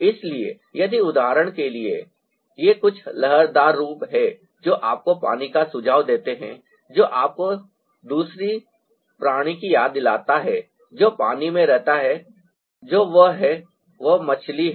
इसलिए यदि उदाहरण के लिए ये कुछ लहरदार रूप हैं जो आपको पानी का सुझाव देते हैं जो आपको दूसरे प्राणी की याद दिलाता है जो पानी में रहता है जो वह है वह मछली है